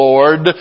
Lord